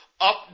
up